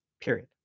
period